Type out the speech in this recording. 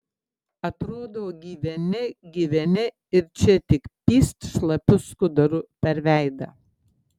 atrodo gyveni gyveni ir čia tik pyst šlapiu skuduru per veidą